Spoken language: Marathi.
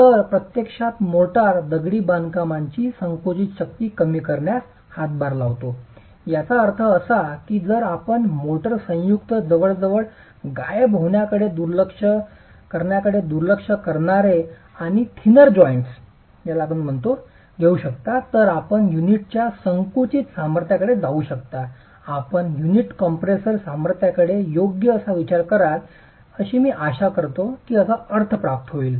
तर प्रत्यक्षात मोर्टार दगडी बांधकामची संकुचित शक्ती कमी करण्यास हातभार लावतो याचा अर्थ असा की जर आपण मोर्टार संयुक्त जवळजवळ गायब होण्याकडे दुर्लक्ष करण्याकडे दुर्लक्ष करणारे आणि थिंन्नर जॉइन्ट्स घेऊ शकता तर आपण युनिटच्या संकुचित सामर्थ्याकडे जाऊ शकता आपण युनिट कॉम्प्रेसर सामर्थ्याकडे योग्य असा विचार कराल मी आशा करतो की अर्थ प्राप्त होईल